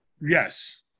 Yes